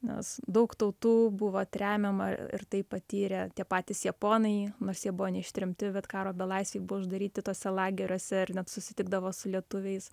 nes daug tautų buvo tremiama ir tai patyrė tie patys japonai nors jie buvo neištremti bet karo belaisviai buvo uždaryti tuose lageriuose ir net susitikdavo su lietuviais